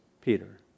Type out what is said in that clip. Peter